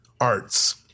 arts